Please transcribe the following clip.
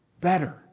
better